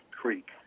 Creek